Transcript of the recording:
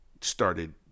started